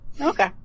Okay